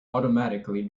automatically